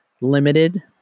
limited